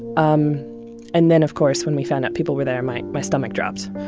um and then, of course, when we found out people were there, my my stomach dropped